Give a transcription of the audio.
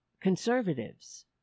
conservatives